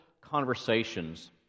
Conversations